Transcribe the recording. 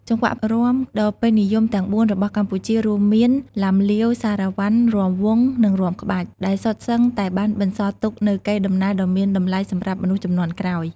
ចង្វាក់រាំដ៏ពេញនិយមទាំងបួនរបស់កម្ពុជា រួមមាន ឡាំលាវ សារ៉ាវ៉ាន់ រាំវង់ និងរាំក្បាច់ ដែលសុទ្ធសឹងតែបានបន្សល់ទុកនូវកេរដំណែលដ៏មានតម្លៃសម្រាប់មនុស្សជំនាន់ក្រោយ។